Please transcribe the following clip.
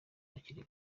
abakiri